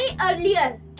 earlier